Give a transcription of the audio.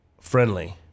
friendly